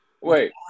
Wait